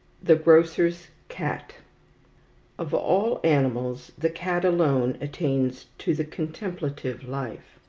the grocer's cat of all animals, the cat alone attains to the contemplative life.